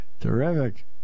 Terrific